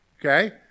Okay